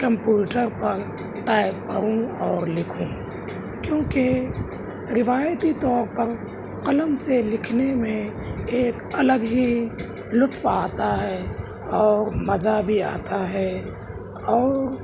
computer پر type کروں اور لکھوں کیونکہ روایتی طور پر قلم سے لکھنے میں ایک الگ ہی لطف آتا ہے اور مزہ بھی آتا ہے اور